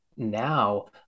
Now